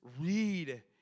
read